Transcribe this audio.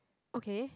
okay